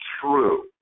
true